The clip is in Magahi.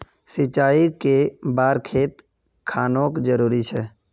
सिंचाई कै बार खेत खानोक जरुरी छै?